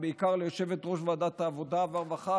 ובעיקר ליושבת-ראש ועדת העבודה והרווחה